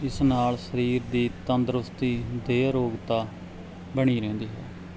ਇਸ ਨਾਲ ਸਰੀਰ ਦੀ ਤੰਦਰੁਸਤੀ ਦੇਹ ਅਰੋਗਤਾ ਬਣੀ ਰਹਿੰਦੀ ਹੈ